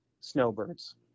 snowbirds